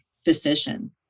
physician